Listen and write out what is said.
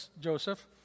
Joseph